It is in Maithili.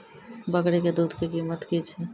बकरी के दूध के कीमत की छै?